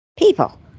people